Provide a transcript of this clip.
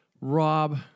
Rob